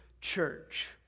church